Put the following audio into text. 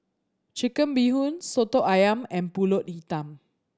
Chicken Bee Hoon Soto Ayam and Pulut Hitam